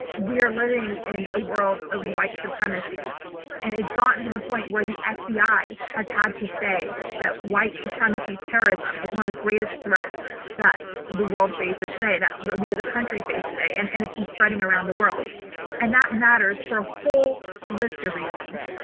we are living in a world of white supremacy and it's gotten to the point where the ah fbi has had to say that white supremacy terrorism is one of the greatest threats that the world faces today, that but we as a country face today. and and it's been spreading around the world and that matters for a whole list of reasons.